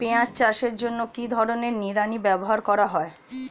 পিঁয়াজ চাষের জন্য কি ধরনের নিড়ানি ব্যবহার করা হয়?